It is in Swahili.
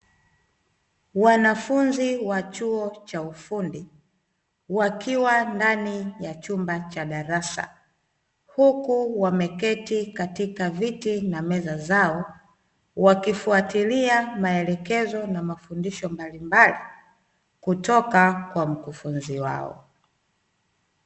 Wanafunzi wa chuo cha ufundi, wakiwa ndani ya chumba cha darasa, huku wameketi katika viti na meza zao, wakifuatilia maelekezo na mafundisho mbalimbali kutoka kwa mkufunzi wao.